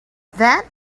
that